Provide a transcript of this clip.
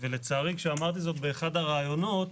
לצערי כשאמרתי זאת באחד הראיונות